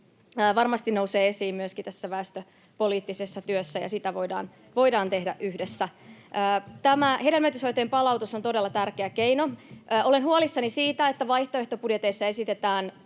varmasti nousee esiin myöskin tässä väestöpoliittisessa työssä, ja sitä voidaan tehdä yhdessä. Tämä hedelmöityshoitojen palautus on todella tärkeä keino. Olen huolissani siitä, että vaihtoehtobudjeteissa esitetään